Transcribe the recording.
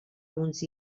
uns